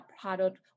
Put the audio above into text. product